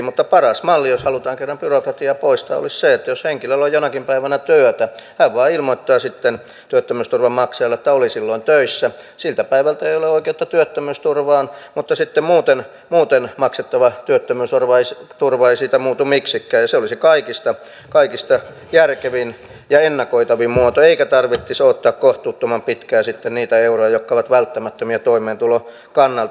mutta paras malli jos halutaan kerran byrokratiaa poistaa olisi se että jos henkilöllä on jonakin päivänä työtä hän vain ilmoittaa sitten työttömyysturvan maksajalle että oli silloin töissä ja siltä päivältä ei ole oikeutta työttömyysturvaan mutta sitten muuten maksettava työttömyysturva ei siitä muutu miksikään ja se olisi kaikista järkevin ja ennakoitavin muoto eikä tarvitsisi odottaa kohtuuttoman pitkään sitten niitä euroja jotka ovat välttämättömiä toimeentulon kannalta